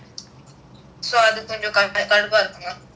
so அது கொஞ்சம் கடுப்பா இருக்குமா:athu konjam kaduppaa irukkumaa